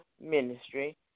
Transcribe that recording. Ministry